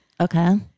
Okay